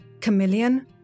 Chameleon